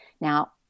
Now